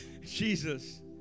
Jesus